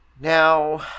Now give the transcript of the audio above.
Now